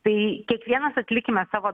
tai kiekvienas atlikime savo